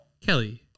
Kelly